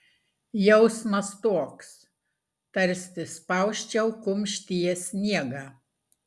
jausmas toks tarsi spausčiau kumštyje sniegą